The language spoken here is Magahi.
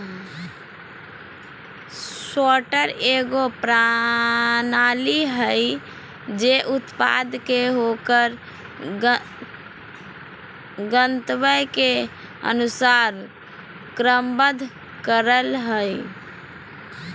सॉर्टर एगो प्रणाली हइ जे उत्पाद के ओकर गंतव्य के अनुसार क्रमबद्ध करय हइ